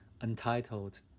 Untitled